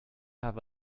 have